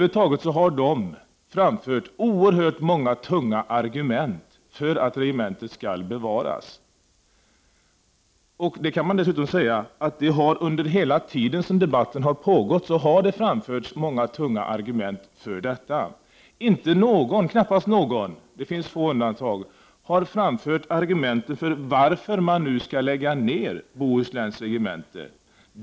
Det har där framförts oerhört många tunga argument för att regementet skall bevaras. Under hela tiden som debatten har pågått har det faktiskt framförts många sådana tunga argument. Knappast någon — det finns några få undantag — har framfört argument för att man skall lägga ner Bohusläns regemente.